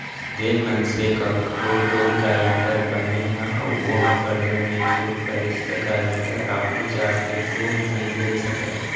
जेन मनसे कखरो लोन गारेंटर बने ह अउ ओहा करजा नइ छूट पाइस त गारेंटर आघु जाके लोन नइ ले सकय